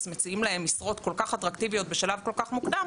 מציעים להם משרות כל כך אטרקטיביות בשלב כל כך מוקדם,